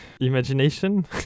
imagination